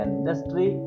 industry